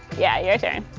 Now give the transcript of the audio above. yeah your turn.